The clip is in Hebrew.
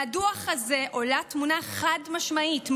מהדוח עולה תמונה חד-משמעית,